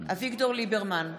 אביגדור ליברמן,